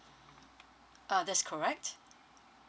uh that's correct